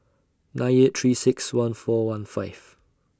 nine eight three six one four one five